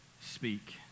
Speak